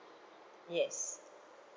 yes